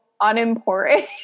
unimportant